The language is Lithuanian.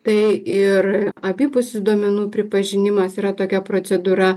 tai ir abipusis duomenų pripažinimas yra tokia procedūra